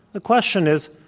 the question is,